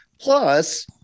plus